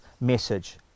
message